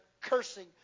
cursing